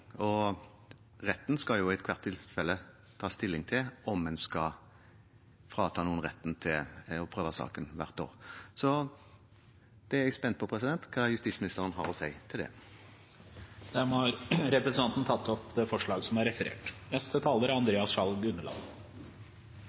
og retten skal jo i ethvert tilfelle ta stilling til om en skal frata noen retten til å prøve saken hvert år. Så jeg er spent på å høre hva justisministeren har å si til det. Representanten Sveinung Stensland har tatt opp det forslaget han refererte til. Forvaring er en tidsubestemt straff for spesielt farlige tilregnelige lovbrytere. Formålet er